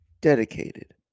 dedicated